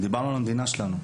דיברנו על המדינה שלנו.